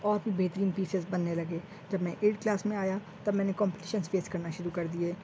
اور بھی بہترین پیسیز بننے لگے جب میں ایٹھتھ کلاس میں آیا تب میں نے کمپٹیشنس فیس کرنا شروع کر دیے